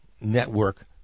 network